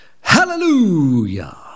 Hallelujah